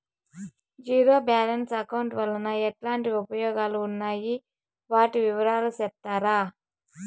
Zero balance account వలన ఎట్లాంటి ఉపయోగాలు ఉన్నాయి? వాటి వివరాలు సెప్తారా?